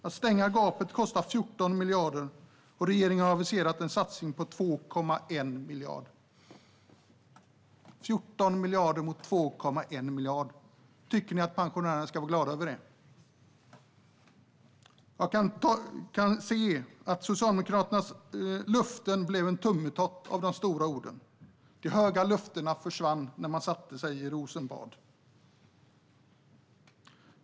Att stänga gapet kostar 14 miljarder, och regeringen har aviserat en satsning på 2,1 miljard. 14 miljarder mot 2,1 miljard - tycker ni att pensionärerna ska vara glada över det? Av Socialdemokraternas löften och de stora orden blev det bara en tummetott. De stora löftena försvann när man satte sig i Rosenbad.